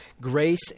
grace